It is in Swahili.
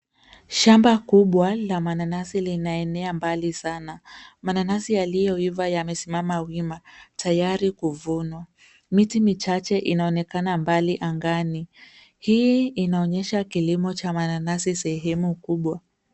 Shamba kubwa la mananasi linaenea mbali sana. Mananasi yaliyoiva yamesimama wima tayari kuvunwa. Miti michache inaonekana mbali angani. Hii inaonyesha kilimo cha mannanasi sehemu kubwa.